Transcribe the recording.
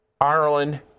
Ireland